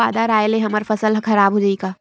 बादर आय ले हमर फसल ह खराब हो जाहि का?